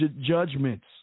judgments